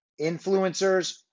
influencers